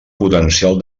potencial